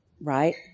right